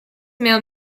male